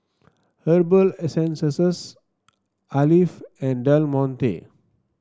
Herbal Essences Alf and Del Monte